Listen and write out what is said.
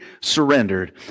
surrendered